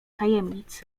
tajemnic